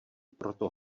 proto